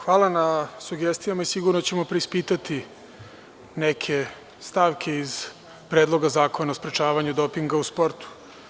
Hvala na sugestijama i sigurno ćemo preispitati neke stavke iz Predloga zakona o sprečavanju dopinga u sportu.